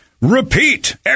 repeat